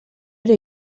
ere